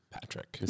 Patrick